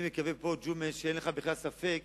אני מקווה שפה, ג'ומס, אין לך בכלל ספק